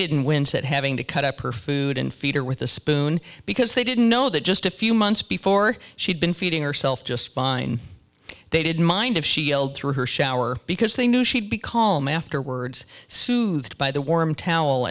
didn't wince at having to cut up her food and feed her with a spoon because they didn't know that just a few months before she'd been feeding herself just fine they didn't mind if she yelled through her shower because they knew she'd be calm afterwards soothed by the warm towel